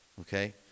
Okay